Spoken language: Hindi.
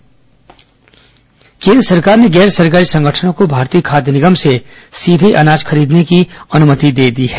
कोरोना एफसीआई केन्द्र सरकार ने गैर सरकारी संगठनों को भारतीय खाद्य निगम से सीधे अनाज खरीदने की अनुमति दे दी है